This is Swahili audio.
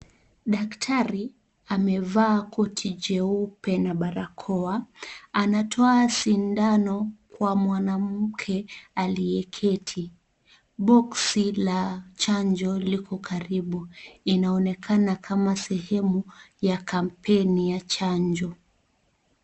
Daktari amevaa koti jeupe na barakoa anatoa sindano kwa mwanamke aliyeketi, boksi la chanjo liko karibu inaonekana kama sehemu ya kampeni ya chanjo.